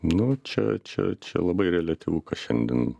nu čia čia čia labai reliatyvu kas šiandien